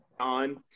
on